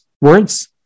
words